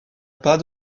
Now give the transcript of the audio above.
pas